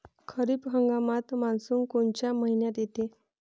खरीप हंगामात मान्सून कोनच्या मइन्यात येते?